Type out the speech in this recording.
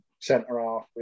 centre-half